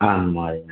आं महोदय